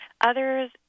Others